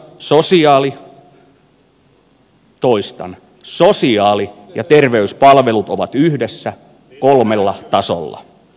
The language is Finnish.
mallissa sosiaali toistan sosiaali ja terveyspalvelut ovat yhdessä kolmella tasolla